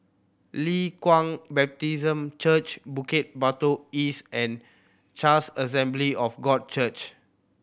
Leng Kwang Baptist Church Bukit Batok East and Charis Assembly of God Church